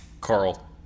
Carl